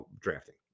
drafting